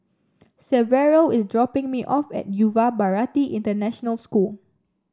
Severo is dropping me off at Yuva Bharati International School